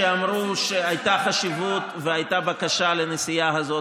שאמרו שהייתה חשיבות והייתה בקשה לנסיעה הזאת.